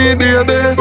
baby